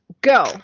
go